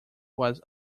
was